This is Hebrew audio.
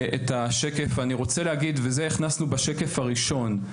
אני רוצה להגיד וזה הכנסנו בשקף הראשון,